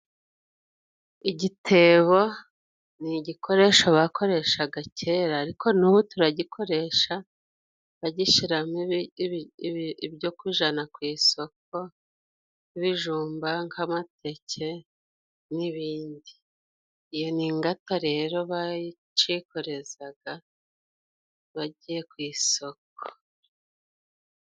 Igitebo ni igikoresho bakoreshaga kera, ariko n'ubu turagikoresha bagishyiramo ibyo kujyana ku isoko nk' ibijumba, nk'amateke, n'ibindi. Iyo ni ingata rero bacyikorezaga bari ku kijyana ku isoko.